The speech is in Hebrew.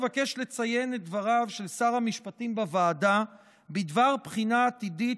אבקש לציין את דבריו של שר המשפטים בוועדה בדבר בחינה עתידית